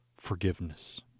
forgiveness